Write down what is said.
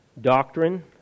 doctrine